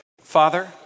Father